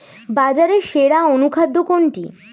বাজারে সেরা অনুখাদ্য কোনটি?